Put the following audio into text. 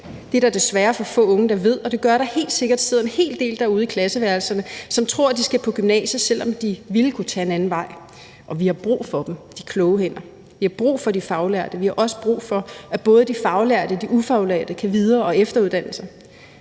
Det er der desværre for få unge der ved, og det gør, at der helt sikkert sidder en hel del derude i klasseværelserne, som tror, at de skal på gymnasiet, selv om de ville kunne tage en anden vej. Og vi har brug for dem, de kloge hænder. Vi har brug for de faglærte. Vi har også brug for, at både de faglærte og de ufaglærte kan videre- og efteruddanne